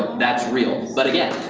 that's real, but again,